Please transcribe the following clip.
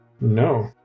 No